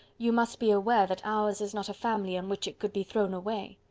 you must be aware that ours is not a family on which it could be thrown away.